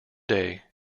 day